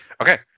Okay